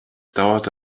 dauerte